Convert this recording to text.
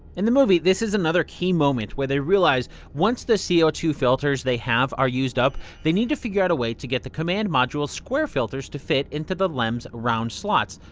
in the movie, this is another key moment where they realize once the c o two filters they have are used up they need to figure out a way to get the command module's square filters to fit into the lem's round slots.